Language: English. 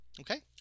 Okay